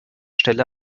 stelle